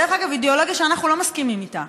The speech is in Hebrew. דרך אגב, זו אידיאולוגיה שאנחנו לא מסכימים לה.